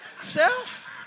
Self